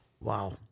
Wow